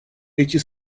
эти